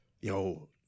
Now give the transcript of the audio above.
yo